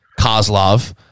Kozlov